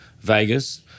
Vegas